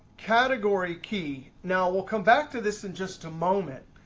category key, now we'll come back to this in just a moment,